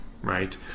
right